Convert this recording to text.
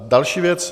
Další věc.